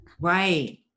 Right